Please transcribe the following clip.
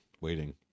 Waiting